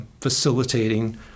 facilitating